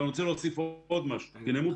אני רוצה להוסיף כאן עוד משהו כי נאמרו